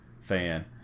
fan